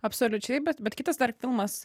absoliučiai bet bet kitas dar filmas